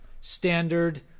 standard